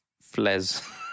Fles